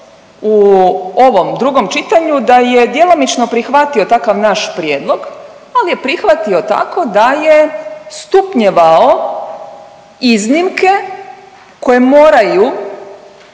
u ovom drugom čitanju da je djelomično prihvatio takav naš prijedlog, ali je prihvatio tako da je stupnjevao iznimke koje moraju